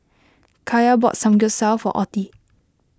Kaya bought Samgeyopsal for Ottie